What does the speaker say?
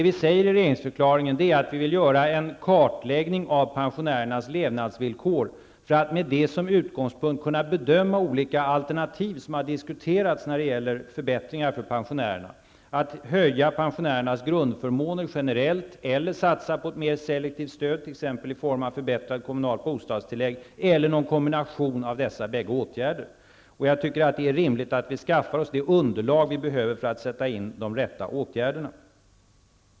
Vi säger i regeringsförklaringen att vi vill göra en kartläggning av pensionärernas levnadsvillkor för att med det som utgångspunkt kunna bedöma olika alternativ som har diskuterats när det gäller förbättringar för pensionärerna -- att generellt förbättra pensionärernas grundförmåner, att satsa på ett mer selektivt stöd, t.ex. i form av förbättrat kommunalt bostadstillägg, eller att satsa på någon kombination av dessa bägge åtgärder. Jag tycker att det är rimligt att vi skaffar oss det underlag vi behöver för att sätta in de rätta åtgärderna.